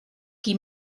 qui